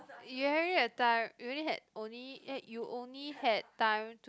you having time you only had only you only had time